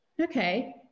okay